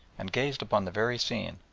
and gazed upon the very scene,